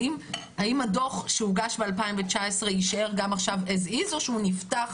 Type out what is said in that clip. האם הדוח שהוגש ב-2019 יישאר כמו שהוא או שהוא נפתח